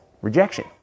rejection